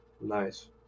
Nice